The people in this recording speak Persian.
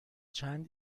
چند